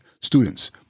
students